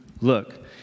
look